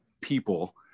people